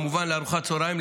לארוחת צוהריים,